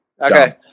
Okay